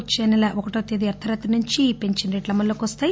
వచ్చే నెల ఒకటో తేదీ అర్దరాత్రి నుంచి ఈ పెంచిన రేట్లు అమల్లోకి వస్తాయి